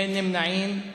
אין נמנעים.